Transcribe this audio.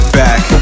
back